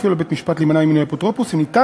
לפיו על בית-המשפט להימנע ממינוי אפוטרופוס אם ניתן